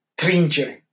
Trinche